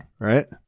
right